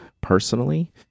personally